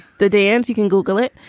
the dance. you can google it.